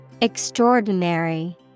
Extraordinary